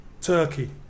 Turkey